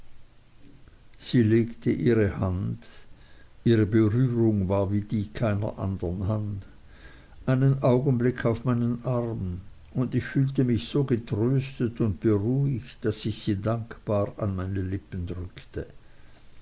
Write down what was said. sie legte ihre hand ihre berührung war wie die keiner andern hand einen augenblick auf meinen arm und ich fühlte mich so getröstet und beruhigt daß ich sie dankbar an meine lippen drückte